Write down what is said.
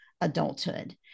adulthood